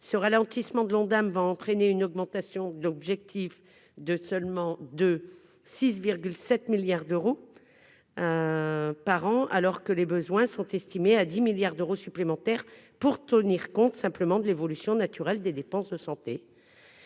ce ralentissement de l'Ondam va entraîner une augmentation d'objectif de seulement de 6 7 milliards d'euros. Par an alors que les besoins sont estimés à 10 milliards d'euros supplémentaires pour tenir compte simplement de l'évolution naturelle des dépenses de santé,